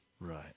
Right